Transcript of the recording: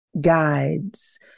guides